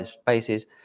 spaces